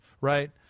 right